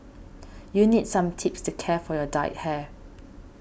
you need some tips to care for your dyed hair